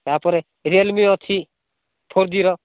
ତାପରେ Realme ଅଛି four ଜିର